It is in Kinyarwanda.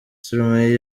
stromae